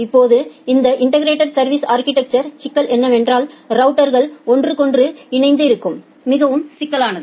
இப்போது இந்த இன்டெகிரெட் சா்விஸ் அா்கிடெக்சர்யில் சிக்கல் என்னவென்றால் ரவுட்டர்கள்களை ஒன்றுக்கொன்று ஒருங்கிணைப்பது மிகவும் சிக்கலானது